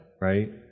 right